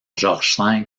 george